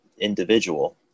individual